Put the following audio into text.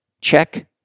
check